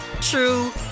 true